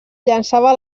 llançava